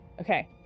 Okay